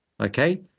okay